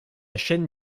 chaîne